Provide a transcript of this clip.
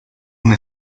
una